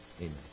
Amen